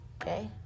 Okay